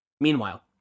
Meanwhile